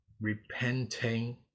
repenting